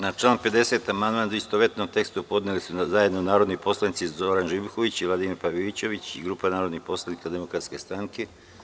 Na član 50. amandmane, u istovetnom tekstu, podneli su zajedno narodni poslanici Zoran Živković i Vladimir Pavićević i grupa narodnih poslanika Demokratske stranke.